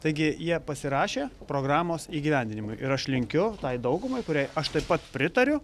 taigi jie pasirašė programos įgyvendinimui ir aš linkiu tai daugumai kuriai aš taip pat pritariu